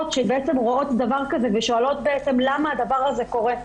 שבעצם רואות דבר כזה ושואלות למה דבר כזה קורה.